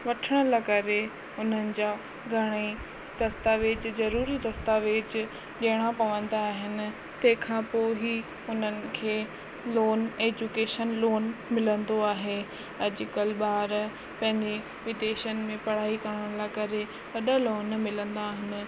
वठण लाइ करे उन्हनि जा घणेई दस्तावेज़ ज़रूरी दस्तावेज़ ॾियणा पवंदा आहिनि तंहिंखां पोइ ई हुननि खे लोन एजुकेशन लोन मिलंदो आहे अॼुकल्ह ॿार पंहिंजे विदेशनि में पढ़ाई करण लाइ करे वॾा लोन मिलंदा आहिनि